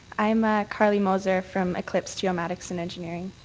i'm ah carley mose ah from eclipse geomatics and engineering